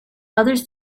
others